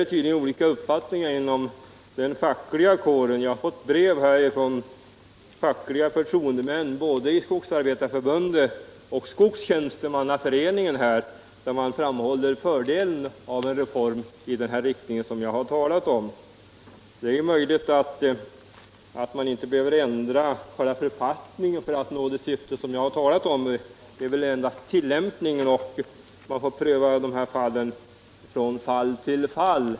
Det är tydligen olika uppfattningar om detta inom den fackliga kåren. Jag har fått brev från fackliga tjänstemän i Skogsarbetareförbundet och i Skogstjänstemannaföreningen, där man framhåller fördelen av en reform i den riktning som jag har talat om. Det är möjligt att man inte behöver ändra författningen för att vinna det syfte som jag har talat för. Det kan räcka med att ändra tillämpningen av den, och det får då ske en prövning från fall till fall.